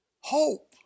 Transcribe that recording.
Hope